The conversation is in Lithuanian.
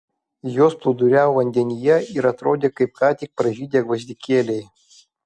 jos plūduriavo vandenyje ir atrodė kaip ką tik pražydę gvazdikėliai